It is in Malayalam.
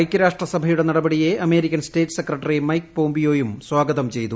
ഐകൃരാഷ്ട്ര സഭയുടെ നടപടിയെ അമേരിക്കൻ സ്റ്റേറ്റ് സെക്രട്ടറി മൈക് പോംപിയോയും സ്വാഗതം ചെയ്തു